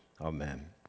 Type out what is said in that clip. Amen